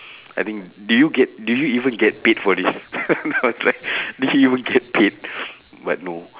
I think do you get do you even get paid for this I was like do you even get paid but no